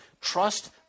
Trust